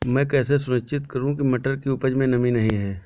मैं कैसे सुनिश्चित करूँ की मटर की उपज में नमी नहीं है?